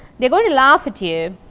they are going to laugh at you.